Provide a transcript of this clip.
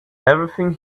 everything